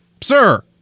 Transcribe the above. sir